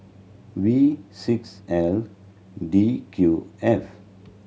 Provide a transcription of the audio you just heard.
V six L D Q F